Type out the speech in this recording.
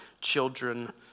children